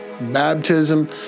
baptism